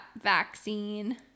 vaccine